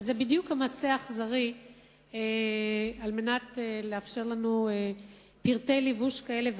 וזה בדיוק המעשה האכזרי על מנת לאפשר לנו פרטי לבוש כאלה ואחרים.